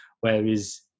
Whereas